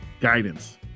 guidance